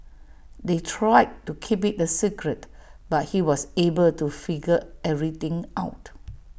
they tried to keep IT A secret but he was able to figure everything out